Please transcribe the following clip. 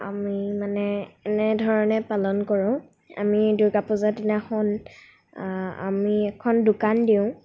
আমি মানে এনেধৰণে পালন কৰোঁ আমি দুৰ্গা পূজা দিনাখন আমি এখন দোকান দিওঁ